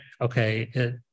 okay